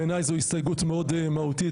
בעיניי זו הסתייגות מאוד מהותית,